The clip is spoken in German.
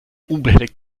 unbehelligt